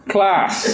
Class